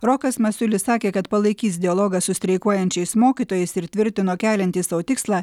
rokas masiulis sakė kad palaikys dialogą su streikuojančiais mokytojais ir tvirtino keliantis sau tikslą